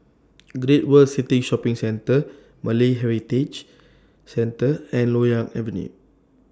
Great World City Shopping Centre Malay Heritage Centre and Loyang Avenue